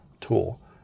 tool